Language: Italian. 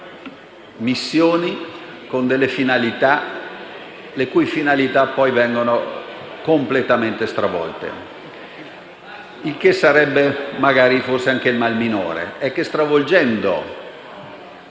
approvino delle missioni le cui finalità poi vengono completamente stravolte. Il che sarebbe magari forse anche il male minore; ma, stravolgendo